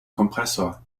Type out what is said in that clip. kompressor